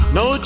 no